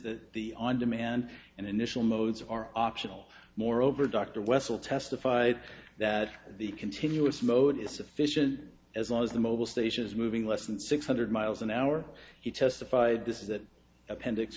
that the on demand and initial modes are optional moreover dr wessel testified that the continuous mode is sufficient as long as the mobil station is moving less than six hundred miles an hour he testified